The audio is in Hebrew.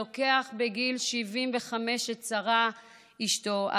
לוקח בגיל 75 את שרה אשתו,